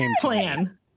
plan